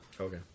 Okay